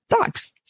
dogs